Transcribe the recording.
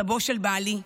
סבו של בעלי,